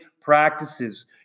practices